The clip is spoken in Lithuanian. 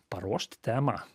paruošt temą